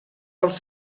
dels